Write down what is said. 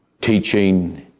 teaching